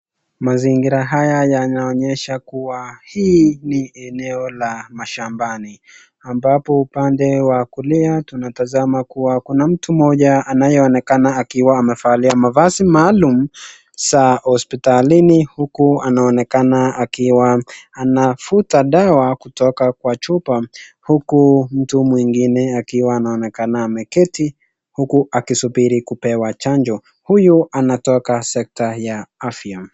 Mazingira haya yanaonyesha kua hii ni eneo la mashambani, ambapo upande wa kulia tunatazama kua kuna mtu mmoja anaye onekana akiwa amevalia mavazi maalum za hosipitalini, huku anaonekana akiwa anavuta dawa kutoka kwa chupa, huku mtu mwingine akiwa anaonekana ameketi huku akisubiri kupewa chanjo. Huyu anatoka sekta ya afya.